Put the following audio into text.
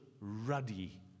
ruddy